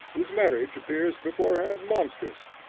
whose marriage appears beforehand monstrous,